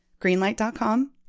Greenlight.com